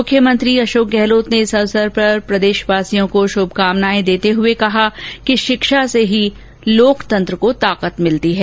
मुख्यमंत्री अशोक गहलोत ने इस मौके पर प्रदेशवासियों को शुभकामनाएं देते हुए कहा कि शिक्षा से ही लोकतंत्र को ताकृत मिली है